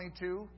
22